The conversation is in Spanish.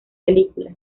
película